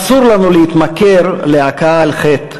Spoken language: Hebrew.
אסור לנו להתמכר להכאה על חטא,